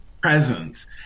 presence